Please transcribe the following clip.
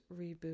Reboot